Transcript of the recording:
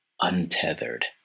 untethered